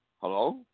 hello